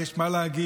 ויש מה להגיד,